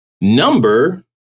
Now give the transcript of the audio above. number